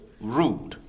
rude